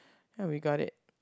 ya we got it